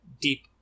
deep